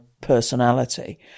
personality